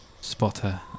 spotter